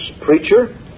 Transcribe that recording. preacher